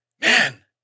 Man